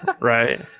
right